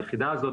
היחידה הזאת,